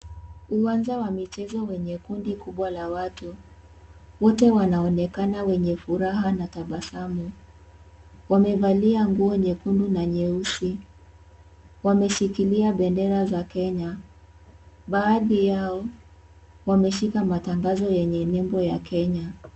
Uwanja wa michezo wenye kundi kubwa la watu. Wote wanaonekana wenye furaha na tabasamu. Wamevalia nguo nyekundu na nyeusi. Wameshikilia bendera za Kenya. Baadhi yao, wameshika matangazo yenye nembo ya Kenya.